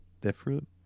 different